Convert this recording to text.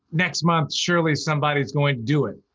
next month, surely somebody's going to do it.